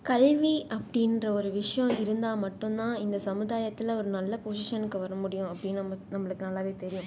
கல்வி அப்படின்ற ஒரு விஷயம் இருந்தால் மட்டும்தான் இந்த சமுதாயத்தில் ஒரு நல்ல பொஷிஷன்னுக்கு வர முடியும் அப்படின்னு நம்மளுக்கு நல்லா தெரியும்